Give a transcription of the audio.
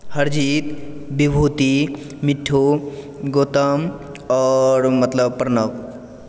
हरजीत विभूति मिट्ठू गौतम और मतलब प्रणव